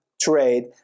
trade